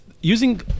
using